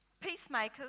Peacemakers